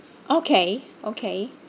okay okay